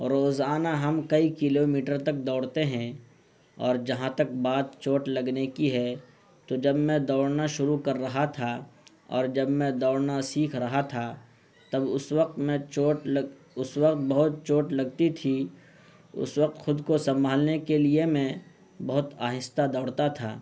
روزانہ ہم کئی کلومیٹر تک دوڑتے ہیں اور جہاں تک بات چوٹ لگنے کی ہے تو جب میں دوڑنا شروع کر رہا تھا اور جب میں دوڑنا سیکھ رہا تھا تب اس وقت میں چوٹ لگ اس وقت بہت چوٹ لگتی تھی اس وقت خود کو سنبھالنے کے لیے میں بہت آہستہ دوڑتا تھا